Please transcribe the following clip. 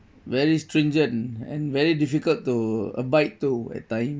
very stringent and very difficult to abide to at times